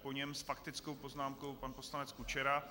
Po něm s faktickou poznámkou pan poslanec Kučera.